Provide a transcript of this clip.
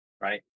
right